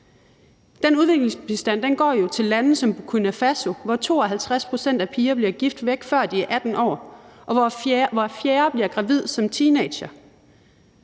Den udviklingsbistand går jo til lande som Burkina Faso, hvor 52 pct. af pigerne bliver gift væk, før de er 18 år, og hvor hver fjerde bliver gravid som teenager.